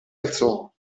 alzò